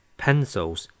pencils